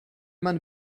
man